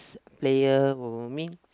player who I mean